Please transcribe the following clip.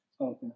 Okay